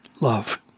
love